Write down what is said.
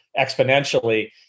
exponentially